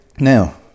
Now